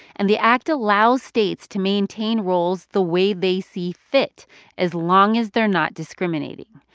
and the act allows states to maintain rolls the way they see fit as long as they're not discriminating.